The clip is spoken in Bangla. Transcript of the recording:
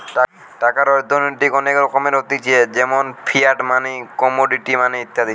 টাকার অর্থনৈতিক অনেক রকমের হতিছে যেমন ফিয়াট মানি, কমোডিটি মানি ইত্যাদি